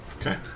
Okay